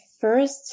first